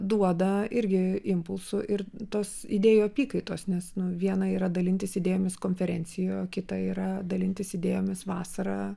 duoda irgi impulsų ir tos idėjų apykaitos nes nu viena yra dalintis idėjomis konferencijoj o kita yra dalintis idėjomis vasarą